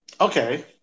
Okay